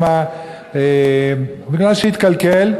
מכיוון שהתקלקל,